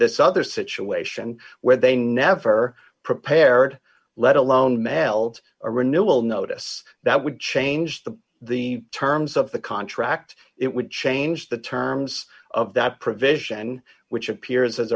this other situation where they never prepared let alone mailed a renewal notice that would change the the terms of the contract it would change the terms of that provision which appears as